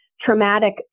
traumatic